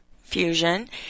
fusion